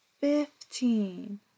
fifteen